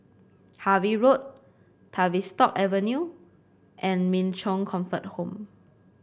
Harvey Road Tavistock Avenue and Min Chong Comfort Home